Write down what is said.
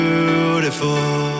Beautiful